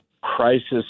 crisis